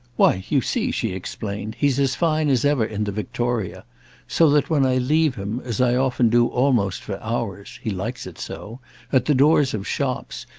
why you see, she explained, he's as fine as ever in the victoria so that when i leave him, as i often do almost for hours he likes it so at the doors of shops,